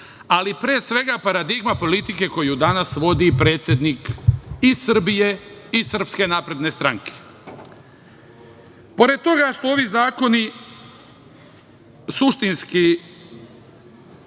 ali pre svega paradigma politike koju danas vodi predsednik i Srbije i SNS.Pored toga što ovi zakoni suštinski